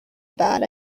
about